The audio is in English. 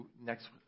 next